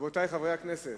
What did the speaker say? רבותי חברי הכנסת,